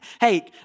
hey